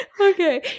okay